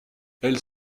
elle